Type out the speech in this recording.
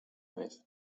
vez